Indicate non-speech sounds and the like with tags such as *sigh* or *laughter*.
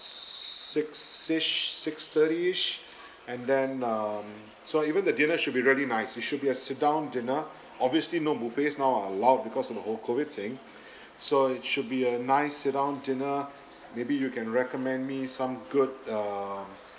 six ish six thirty ish *breath* and then um so even the dinner should be really nice it should be a sit down dinner obviously no buffets now are allowed because of the whole COVID thing *breath* so it should be a nice sit down dinner maybe you can recommend me some good um